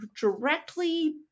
directly